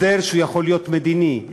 הסדר שיכול להיות מדיני,